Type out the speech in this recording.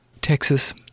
Texas